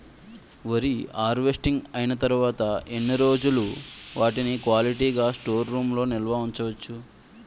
వరి హార్వెస్టింగ్ అయినా తరువత ఎన్ని రోజులు వాటిని క్వాలిటీ గ స్టోర్ రూమ్ లొ నిల్వ ఉంచ వచ్చు?